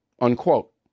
unquote